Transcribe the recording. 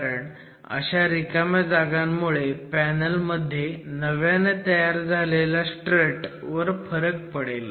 कारण अशा रिकाम्या जागांमुळे पॅनलमध्ये नव्याने तयार झालेल्या स्ट्रट वर फरक पडेल